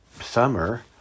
summer